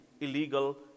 illegal